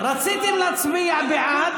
רציתם להצביע בעד,